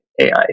AI